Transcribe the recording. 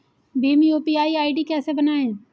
Bhim UPI ID कैसे बनाएं?